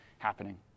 happening